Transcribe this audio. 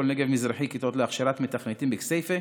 באשכול נגב מזרחי כיתות להכשרת מתכנתים בכסייפה,